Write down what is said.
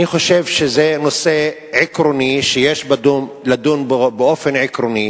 אני חושב שזה נושא עקרוני שיש לדון בו באופן עקרוני,